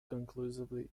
exclusively